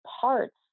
parts